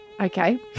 Okay